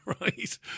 right